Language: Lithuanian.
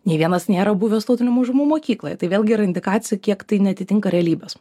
nei vienas nėra buvęs tautinių mažumų mokykloje tai vėlgi yra indikacijų kiek tai neatitinka realybės